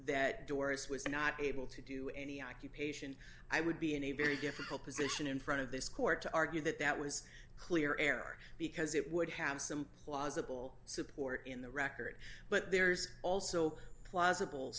that doris was not able to do any occupation i would be in a very difficult position in front of this court to argue that that was clear error because it would have some plausible support in the record but there's also plausible